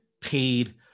paid